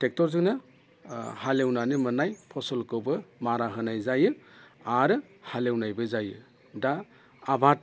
ट्रेक्टरजोंनो हालेवनानै मोननाय फसलखौबो मारा होनाय जायो आरो हालेवनायबो जायो दा आबाद